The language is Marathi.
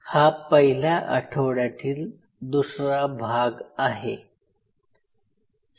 हा पहिल्या आठवड्यातील दूसरा भाग आहे